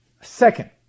Second